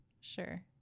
sure